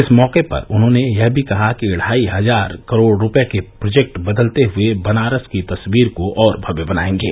इस मौके पर उन्होंने यह भी कहा कि ढ़ाई हजार करोड़ रूपये के प्रोजेक्ट बदलते हए बनारस की तस्वीर को और भव्य बनायेंगे